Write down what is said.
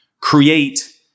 create